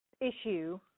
issue